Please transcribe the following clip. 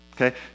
Okay